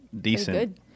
decent